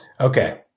Okay